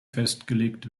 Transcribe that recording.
festgelegt